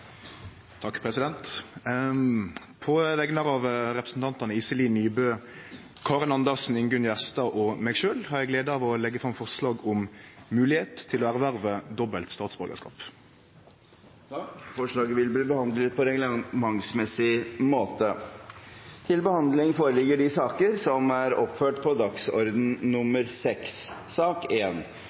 På vegner av representantane Iselin Nybø, Karin Andersen, Ingunn Gjerstad og meg sjølv har eg gleda av å leggje fram forslag om moglegheit for å erverve dobbelt statsborgarskap. Forslaget vil bli behandlet på reglementsmessig måte.